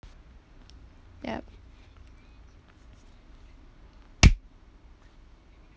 yup